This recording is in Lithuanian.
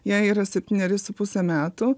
jai yra septyneri su puse metų